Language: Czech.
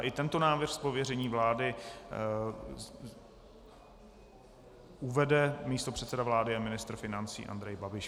I tento návrh z pověření vlády uvede místopředseda vlády a ministr financí Andrej Babiš.